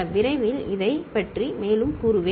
விரைவில் இதைப் பற்றி மேலும் கூறுவேன்